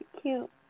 cute